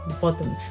bottom